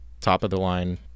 top-of-the-line